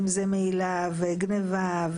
אם זה מעילה וגניבה,